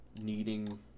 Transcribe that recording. needing